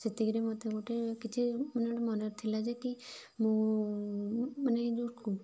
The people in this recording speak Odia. ସେତିକିରେ ମୋତେ ଗୋଟେ କିଛି ମାନେ ଗୋଟେ ମନରେ ଥିଲା ଯେ କି ମୁଁ ମାନେ ଯେଉଁ